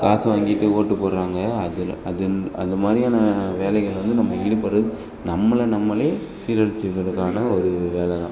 காசு வாங்கிட்டு ஓட்டுப் போடுறாங்க அதில் அதுன் அது மாதிரியான வேலைகள்ல வந்து நம்ம ஈடுபடுறது நம்மளை நம்மளே சீரழிச்சுக்கிறதுக்கான ஒரு வேலை தான்